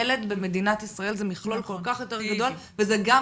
ילד במדינת ישראל זה מכלול כל כך יותר גדול וזה גם